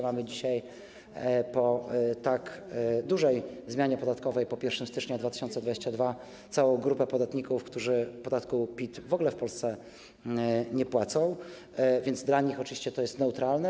Mamy dzisiaj, po tak dużej zmianie podatkowej po 1 stycznia 2022 r., całą grupę podatników, którzy podatku PIT w ogóle w Polsce nie płacą, więc dla nich oczywiście to jest neutralne.